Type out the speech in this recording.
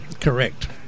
Correct